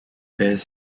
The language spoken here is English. bears